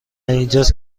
اینجاست